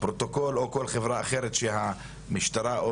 'פרוטוקול' או כל חברה אחרת שהמשטרה או